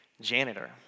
janitor